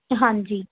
ਹਾਂਜੀ